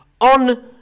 on